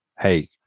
hey